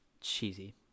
cheesy